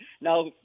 now